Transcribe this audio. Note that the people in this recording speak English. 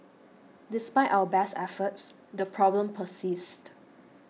despite our best efforts the problem persists